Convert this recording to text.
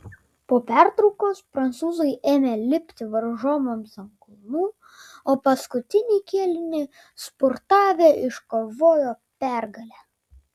po pertraukos prancūzai ėmė lipti varžovams ant kulnų o paskutinį kėlinį spurtavę iškovojo pergalę